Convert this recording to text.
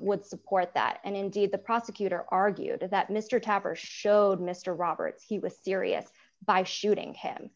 would support that and indeed the prosecutor argued that mr tapper showed mr roberts he was serious by shooting him